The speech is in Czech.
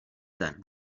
ten